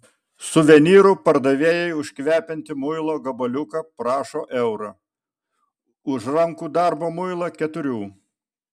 suvenyrų pardavėjai už kvepiantį muilo gabaliuką prašo euro už rankų darbo muilą keturių